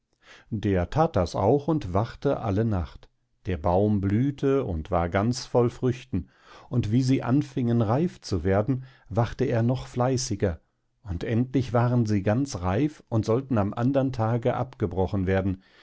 der that das auch und wachte alle nacht der baum blühte und war ganz voll von früchten und wie sie anfingen reif zu werden wachte er noch fleißiger und endlich waren sie ganz reif und sollten am andern tage abgebrochen werden